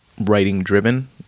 writing-driven